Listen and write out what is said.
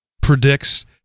predicts